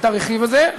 לרכיב הזה,